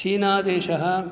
चीनादेशः